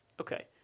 Okay